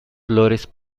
flores